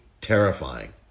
terrifying